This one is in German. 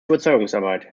überzeugungsarbeit